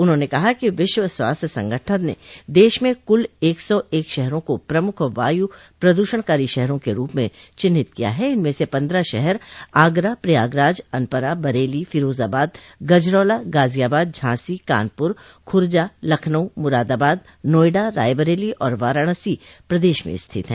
उन्होंने बताया कि विश्व स्वास्थ्य संगठन ने देश में कुल एक सौ एक शहरों को प्रमुख वायु प्रदूषणकारी शहरों के रूप में चिन्हित किया है इनमें से पन्द्रह शहर आगरा प्रयागराज अनपरा बरेली फिरोजाबाद गजरौला गाजियाबाद झांसी कानपुर खुर्जा लखनऊ मुरादाबाद नाएडा रायबरेली और वाराणसी प्रदेश म स्थित हैं